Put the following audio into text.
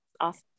Awesome